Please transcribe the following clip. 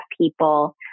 people